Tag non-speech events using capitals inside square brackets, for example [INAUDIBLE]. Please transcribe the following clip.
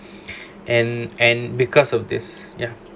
[BREATH] and and because of this ya